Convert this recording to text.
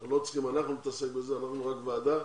אנחנו לא צריכים להתעסק בזה, אנחנו רק ועדה,